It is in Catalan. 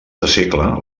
segle